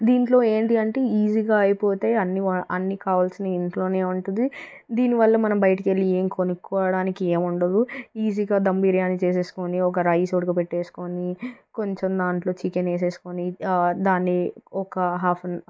దీంట్లో ఏంటి అంటే ఈజీగా అయిపోతే అన్ని వ అన్ని కావలసినవి ఇంట్లోనే ఉంటుంది దీని వల్ల మనం బయటికి వెళ్లి ఏమి కొనుక్కోవడానికి ఏముండదు ఈజీగా ధమ్ బిర్యానీ చేసేసుకుని ఒక రైస్ ఉడకబెట్టేసుకుని కొంచెం దాంట్లో చికెన్ వేసేసుకొని దాన్ని ఒక హాఫ్